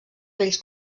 vells